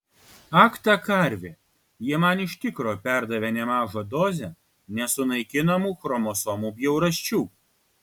ak ta karvė ji man iš tikro perdavė nemažą dozę nesunaikinamų chromosomų bjaurasčių